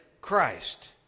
Christ